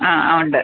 ആ ആ ഉണ്ട്